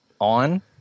on